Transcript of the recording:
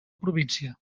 província